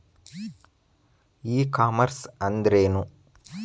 E commerce ಅಂದ್ರೇನು?